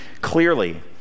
clearly